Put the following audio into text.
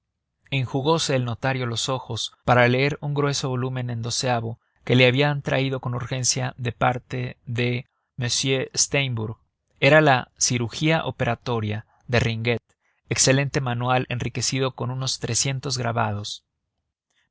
mismos enjugose el notario los ojos para leer un grueso volumen en o que le habían traído con urgencia de parte de m steimbourg era la cirugía operatoria de ringuet excelente manual enriquecido con unos trescientos grabados